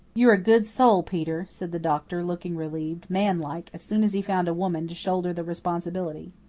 you're a good soul, peter, said the doctor, looking relieved, manlike, as soon as he found a woman to shoulder the responsibility.